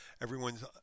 everyone's